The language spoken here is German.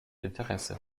interesse